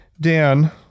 Dan